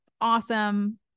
awesome